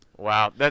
Wow